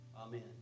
Amen